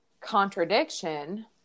contradiction